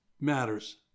matters